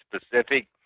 specific